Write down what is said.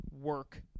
work